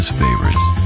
favorites